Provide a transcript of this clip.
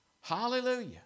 Hallelujah